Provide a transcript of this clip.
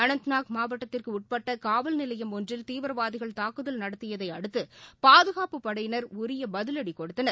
அனந்தநாக் மாவட்டத்திற்குஉட்பட்டகாவல்நிலையம் ஒன்றில் தீவிரவாதிகள் தாக்குதல் நடத்தியதைஅடுத்தபாதுகாப்புப் படையினர் உரியபதிலடிகொடுத்தனர்